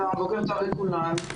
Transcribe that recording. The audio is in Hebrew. בוקר טוב לכולם.